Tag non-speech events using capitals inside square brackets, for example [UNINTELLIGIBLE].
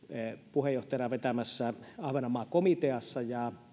puheenjohtajana vetämässä ahvenanmaa komiteassa ja [UNINTELLIGIBLE]